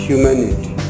humanity